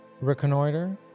reconnoiter